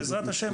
בעזרת השם,